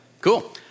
Cool